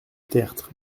tertre